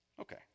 okay